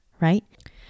right